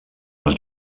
els